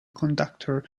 conductor